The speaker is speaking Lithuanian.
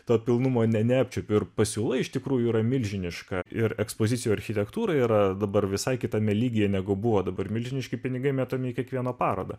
to pilnumo ne neapčiuopiu ir pasiūla iš tikrųjų yra milžiniška ir ekspozicijų architektūra yra dabar visai kitame lygyje negu buvo dabar milžiniški pinigai metami į kiekvieną parodą